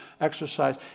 exercise